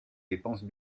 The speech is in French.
dépenses